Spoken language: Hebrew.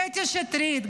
קטי שטרית,